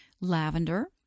lavender